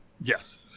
Yes